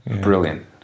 brilliant